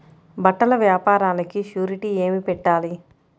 బట్టల వ్యాపారానికి షూరిటీ ఏమి పెట్టాలి?